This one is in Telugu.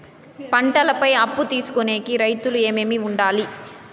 పంటల పై అప్పు తీసుకొనేకి రైతుకు ఏమేమి వుండాలి?